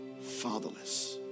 fatherless